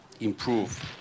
improve